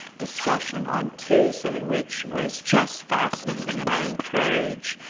discussion on tuesday, which was just fascinating. and i encourage